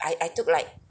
I I took like